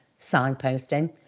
signposting